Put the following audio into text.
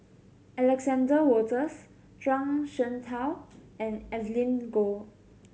Alexander Wolters Zhuang Shengtao and Evelyn Goh